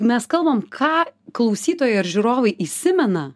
mes kalbam ką klausytojai ar žiūrovai įsimena